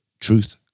truth